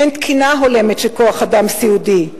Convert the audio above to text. אין תקינה הולמת של כוח-אדם סיעודי.